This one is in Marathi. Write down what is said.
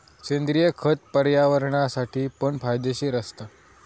सेंद्रिय खत पर्यावरणासाठी पण फायदेशीर असता